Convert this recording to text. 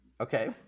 Okay